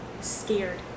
scared